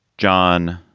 john.